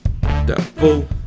Double